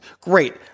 Great